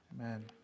Amen